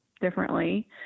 differently